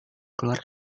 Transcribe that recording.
keluar